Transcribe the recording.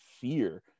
fear